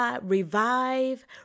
revive